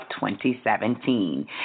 2017